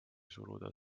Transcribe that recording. suruda